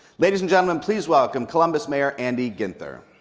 ladies and gentlemen, please welcome columbus mayor andy ginther.